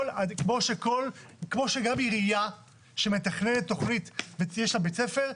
כמו שגם עירייה שמתכננת תוכנית ויש לה בית ספר,